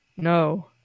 No